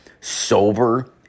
sober